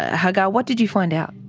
hagar, what did you find out?